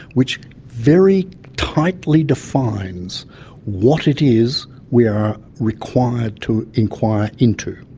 which very tightly defines what it is we are required to inquire into.